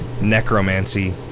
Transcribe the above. necromancy